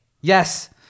Yes